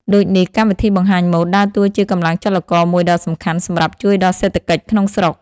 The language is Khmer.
ដូចនេះ កម្មវិធីបង្ហាញម៉ូដដើរតួជាកម្លាំងចលករមួយដ៏សំខាន់សម្រាប់ជួយដល់សេដ្ឋកិច្ចក្នុងស្រុក។